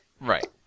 Right